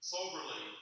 Soberly